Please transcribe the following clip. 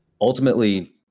Ultimately